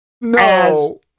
No